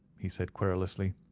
he said, querulously.